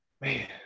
man